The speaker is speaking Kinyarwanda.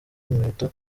inkweto